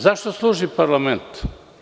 Za šta služi parlament?